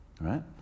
right